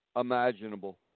imaginable